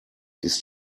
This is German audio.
ist